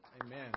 amen